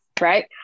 Right